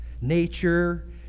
nature